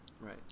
Right